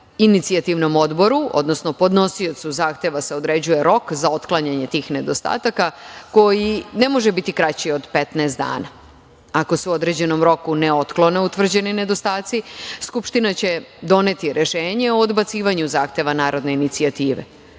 inicijativnom odboru, odnosno podnosiocu zahteva se određuje rok za otklanjanje tih nedostataka koji ne može biti kraći od 15 dana. Ako se u određenom roku ne otklone utvrđeni nedostaci Skupština će doneti rešenje o odbacivanju zahteva narodne inicijative.